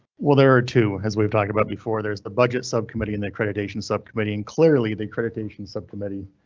well there are two as we've talked about before. there's the budget subcommittee in the accreditation subcommittee, and clearly the accreditation subcommittee.